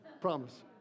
Promise